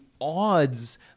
Odds